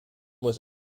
was